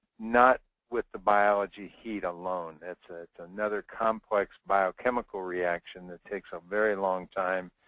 not with the biology heat alone. that's ah another complex biochemical reaction that takes a very long time.